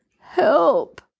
Help